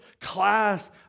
class